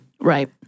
Right